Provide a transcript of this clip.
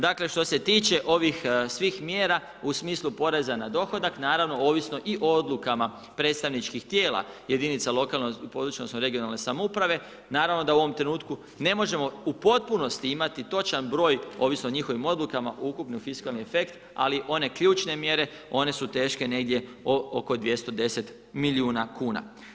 Dakle, što se tiče ovih svih mjera u smislu poreza na dohodak, naravno i o odlukama predstavničkih tijela jedinica lokalne i područne odnosno regionalne samouprave, naravno da u ovom trenutku ne možemo u potpunosti imati točan broj ovisno o njihovim odlukama, ukupni fiskalni efekt ali one ključne mjere, one su teške negdje oko 210 milijuna kuna.